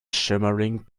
shimmering